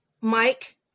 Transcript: Mike